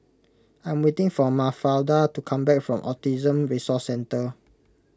I'm waiting for Mafalda to come back from Autism Resource Centre